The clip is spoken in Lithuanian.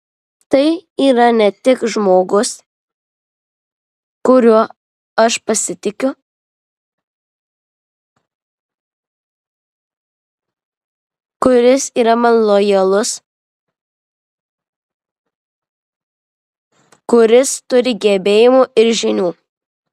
tai yra ne tik žmogus kuriuo aš pasitikiu kuris yra man lojalus kuris turi gebėjimų ir žinių